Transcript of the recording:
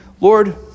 Lord